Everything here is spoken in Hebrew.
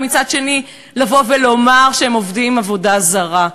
ומצד שני לומר שהם עובדים עבודה זרה,